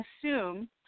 assume